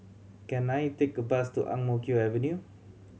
can I take a bus to Ang Mo Kio Avenue